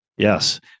Yes